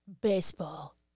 Baseball